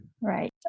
right